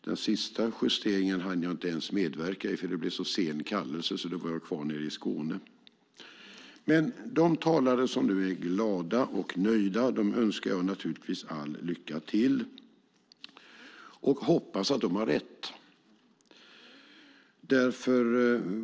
Den sista justeringen hann jag inte ens medverka i, för det blev så sen kallelse att jag var kvar nere i Skåne. De talare som nu är glada och nöjda önskar jag naturligtvis all lycka till, och jag hoppas att de har rätt.